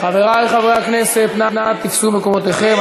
חברי חברי הכנסת, נא תפסו את מקומותיכם.